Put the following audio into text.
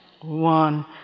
One